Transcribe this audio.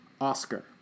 Oscar